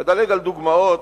אדלג על דוגמאות,